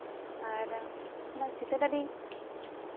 ᱟᱨ ᱚᱱᱟ ᱥᱤᱛᱟᱹ ᱰᱟᱹᱰᱤ